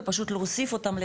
ופשוט להוסיף אותם.